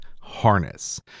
harness